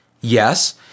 yes